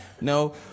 No